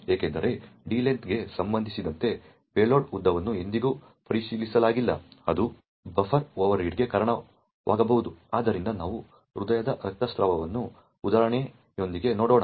ಏಕೆಂದರೆ d length ಗೆ ಸಂಬಂಧಿಸಿದಂತೆ ಪೇಲೋಡ್ ಉದ್ದವನ್ನು ಎಂದಿಗೂ ಪರಿಶೀಲಿಸಲಾಗಿಲ್ಲ ಅದು ಬಫರ್ ಓವರ್ರೀಡ್ಗೆ ಕಾರಣವಾಗಬಹುದು ಆದ್ದರಿಂದ ನಾವು ಹೃದಯದ ರಕ್ತಸ್ರಾವವನ್ನು ಉದಾಹರಣೆಯೊಂದಿಗೆ ನೋಡೋಣ